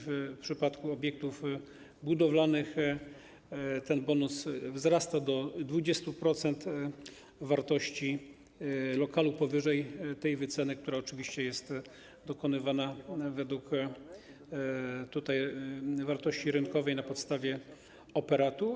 W przypadku obiektów budowalnych ten bonus wzrasta do 20% wartości lokalu powyżej wyceny, która oczywiście jest dokonywana według wartości rynkowej, na podstawie operatu.